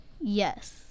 Yes